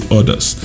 others